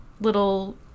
little